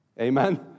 Amen